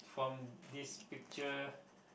from this picture